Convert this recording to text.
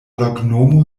loknomo